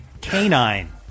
Canine